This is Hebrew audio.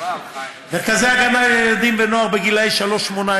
מרכזי הגנה לילדים ונוער בגילאי 3 18